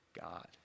God